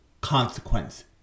consequence